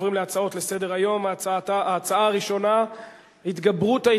ובכן, שמונה בעד, אין